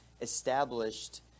established